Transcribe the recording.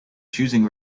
choosing